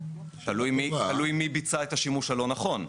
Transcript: תלוי מי ביצע את השימוש הלא נכון.